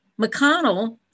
McConnell